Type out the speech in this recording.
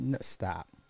Stop